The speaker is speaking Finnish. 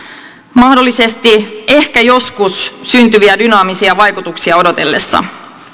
mahdollisesti ehkä joskus syntyviä dynaamisia vaikutuksia odotellessa